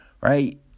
Right